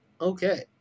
okay